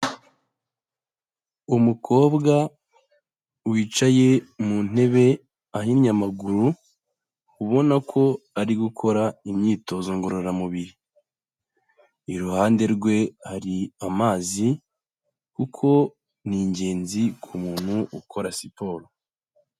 Umukobwa wicaye mu ntebe ahinnye amaguru, ubona ko ari gukora imyitozo ngororamubiri, iruhande rwe hari amazi, kuko ni ingenzi ku muntu ukora siporo.